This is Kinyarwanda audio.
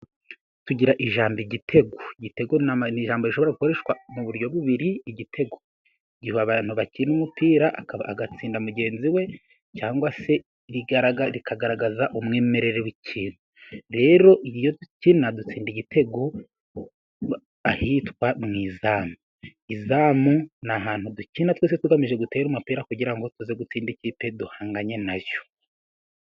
Tugira ijambo igitego, igitego n'ijambo rishobora gukoreshwa mu buryo bubiri, igitego igihe abantu bakina umupira agatsinda mugenzi we cyangwa se rigaragaza, rikagaragaza umwimerere w'ikintu, rero iyo dukina dutsinda igitego ahitwa mu izamu, izamu ni ahantu dukina twese tugamije gutera umupira kugira tuze gutsinda ikipe duhanganye nayo.